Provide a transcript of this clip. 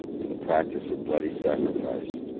and the practice of bloody sacrifice,